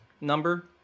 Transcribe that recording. number